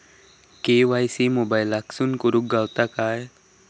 KYC मोबाईलातसून करुक गावता काय?